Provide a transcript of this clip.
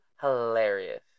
Hilarious